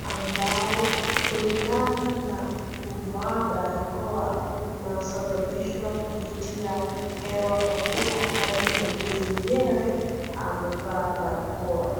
ambao, kulingana na kuvaa barakoa unasababishwa kupitia hewa kwa kuwa hadi muuguzi mwenyewe amevaa barakoa.